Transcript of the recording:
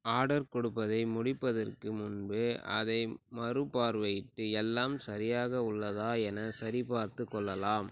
order கொ டுப்பதை முடிப்பதற்கு முன்பு அதை மறுபார்வையிட்டு எல்லாம் சரியாக உள்ளதா என சரி பார்த்து கொள்ளலாம்